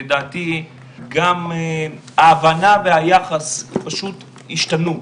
לדעתי גם ההבנה והיחס פשוט ישתנו.